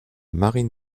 marine